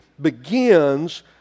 Begins